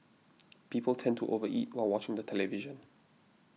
people tend to over eat while watching the television